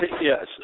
yes